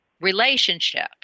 relationship